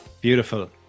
Beautiful